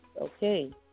Okay